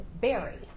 Barry